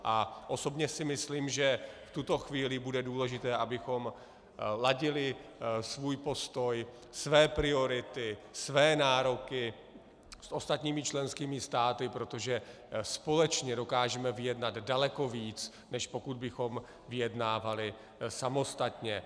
A osobně si myslím, že v tuto chvíli bude důležité, abychom ladili svůj postoj, své priority, své nároky s ostatními členskými státy, protože společně dokážeme vyjednat daleko víc, než pokud bychom vyjednávali samostatně.